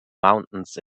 mountains